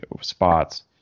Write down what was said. spots